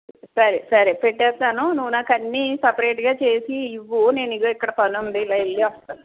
సరే సరే పెట్టేస్తాను నువ్వు నాకు అన్నీ సెపరేట్గా చేసి ఇవ్వు నేను ఇదిగో ఇక్కడ పని ఉంది ఇలా వెళ్ళి వస్తాను